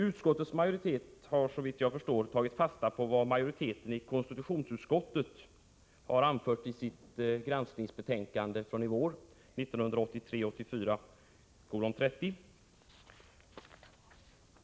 Utskottets majoritet har såvitt jag förstår tagit fasta på vad majoriteten i konstitutionsutskottet anförde i sitt granskningsbetänkande 1983/84:30.